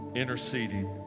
interceding